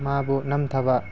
ꯃꯥꯕꯨ ꯅꯝꯊꯕ